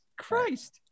Christ